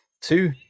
two